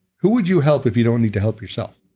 who would you help if you don't need to help yourself?